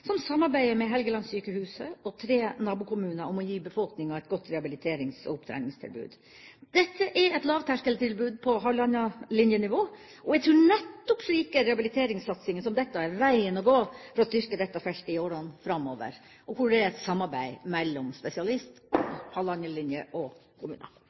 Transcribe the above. som samarbeider med Helgelandssykehuset og tre nabokommuner om å gi befolkninga et godt rehabiliterings- og opptreningstilbud. Dette er et lavterskeltilbud på halvannenlinjenivå. Jeg tror at nettopp slike rehabiliteringssatsinger som dette er veien å gå for å styrke dette feltet i årene framover, og hvor det er et samarbeid mellom spesialist, halvannenlinjetjenesten og